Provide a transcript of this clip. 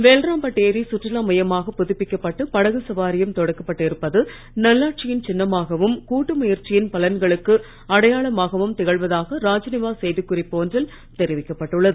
வேல்ராம்பெட் ஏரி சுற்றுலா மையமாக புதுப்பிக்கப்பட்டு படகு சவாரியும் தொடக்கப்பட்டு இருப்பது நல்லாட்சியின் சின்னமாகவும் கூட்டு முயற்சியின் பலன்களுக்கு அடையாளமாகவும் திகழ்வதாக ராஜ்நிவாஸ் செய்தி குறிப்பு ஒன்று தெரிவித்துள்ளது